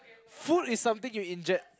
food is something you inject